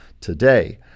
today